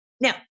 Now